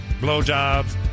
blowjobs